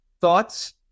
thoughts